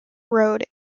road